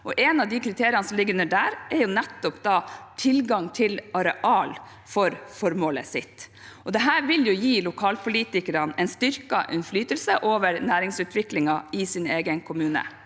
Et av kriteriene som ligger der, er nettopp tilgang til areal for formålet. Dette vil gi lokalpolitikerne en styrket innflytelse over næringsutviklingen i egen kommune.